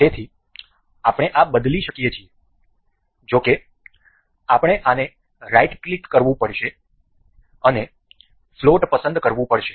તેથી આપણે આ બદલી શકીએ છીએ જો કે આપણે આને રાઇટ ક્લિક કરવું પડશે અને ફ્લોટ પસંદ કરવું પડશે